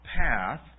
path